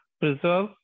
preserve